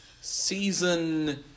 season